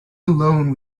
alone